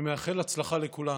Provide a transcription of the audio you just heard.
אני מאחל הצלחה לכולנו.